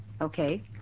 okay